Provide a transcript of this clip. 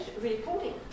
reporting